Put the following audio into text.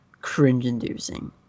Cringe-inducing